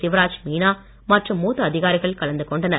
சிவராஜ் மீனா மற்றும் மூத்த அதிகாரிகள் கலந்து கொண்டனர்